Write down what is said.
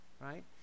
right